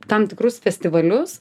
tam tikrus festivalius